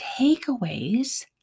takeaways